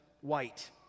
white